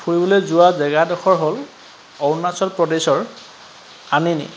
ফুৰিবলৈ যোৱা জেগাডোখৰ অৰুণাচল প্ৰদেশৰ আনিনি